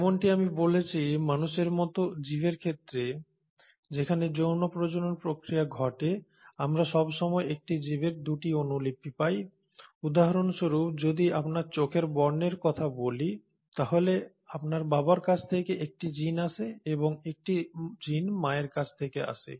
যেমনটি আমি বলেছি মানুষের মতো জীবের ক্ষেত্রে যেখানে যৌন প্রজনন প্রক্রিয়া ঘটে আমরা সবসময় একটি জিনের 2টি অনুলিপি পাই উদাহরণস্বরূপ যদি আপনার চোখের বর্ণের কথা বলি তাহলে আপনার বাবার কাছ থেকে একটি জিন আসে এবং একটি জিন মায়ের কাছ থেকে আসে